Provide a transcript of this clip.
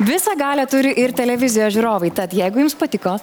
visą galią turi ir televizijos žiūrovai tad jeigu jums patiko